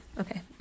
Okay